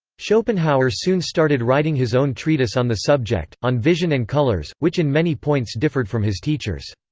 schopenhauer soon started writing his own treatise on the subject, on vision and colors, which in many points differed from his teacher's.